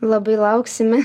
labai lauksime